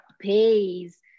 pays